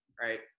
right